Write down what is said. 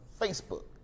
Facebook